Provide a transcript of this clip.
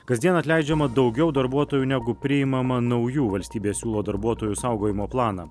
kasdien atleidžiama daugiau darbuotojų negu priimama naujų valstybė siūlo darbuotojų saugojimo planą